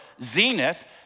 zenith